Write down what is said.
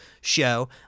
show